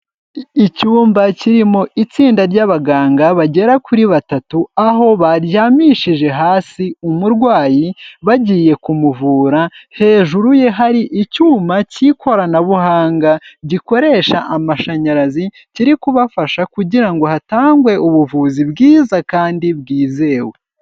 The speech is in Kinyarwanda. Icyumba kirimo itsinda ry'abaganga bagera kuri batatu, aho baryamishije hasi umurwayi bagiye kumuvura, hejuru ye hari icyuma cy'ikoranabuhanga gikoresha amashanyarazi, kiri kubafasha kugira ngo hatangwe ubuvuzi bwiza kandi bwizewe.